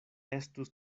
estus